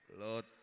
Lord